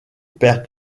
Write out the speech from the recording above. perd